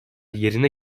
yerine